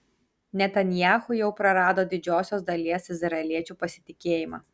netanyahu jau prarado didžiosios dalies izraeliečių pasitikėjimą